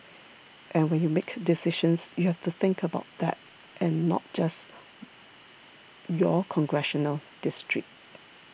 and when you make decisions you have to think about that and not just your congressional district